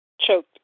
choked